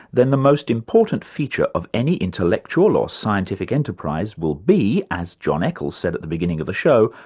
then the most important feature of any intellectual or scientific enterprise will be, as john eccles said at the beginning of the show,